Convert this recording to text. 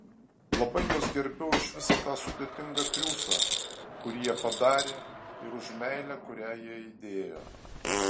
labai juos gerbiu už visą tą sudėtingą triūsą kurį jie padarė ir už meilę kurią jie įdėjo